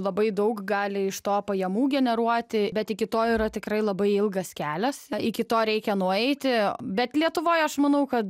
labai daug gali iš to pajamų generuoti bet iki to yra tikrai labai ilgas kelias iki to reikia nueiti bet lietuvoj aš manau kad